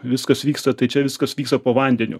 viskas vyksta tai čia viskas vyksta po vandeniu